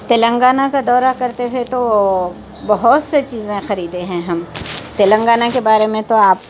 تلنگانہ کا دورہ کرتے ہے تو بہت سے چیزیں خریدے ہیں ہم تلنگانہ کے بارے میں تو آپ